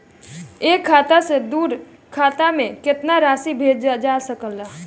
एक खाता से दूसर खाता में केतना राशि भेजल जा सके ला?